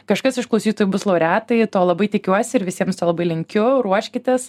kažkas iš klausytojų bus laureatai to labai tikiuosi ir visiems labai linkiu ruoškitės